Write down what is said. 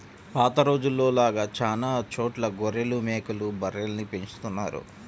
పాత రోజుల్లో లాగా చానా చోట్ల గొర్రెలు, మేకలు, బర్రెల్ని పెంచుతున్నారు